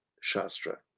Shastra